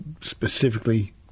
specifically